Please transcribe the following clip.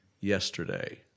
yesterday